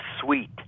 sweet